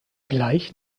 gleich